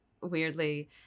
weirdly